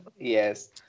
Yes